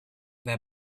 their